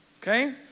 okay